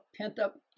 pent-up